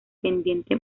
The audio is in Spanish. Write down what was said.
pendiente